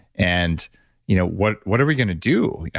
and you know what what are we going to do? yeah